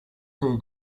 two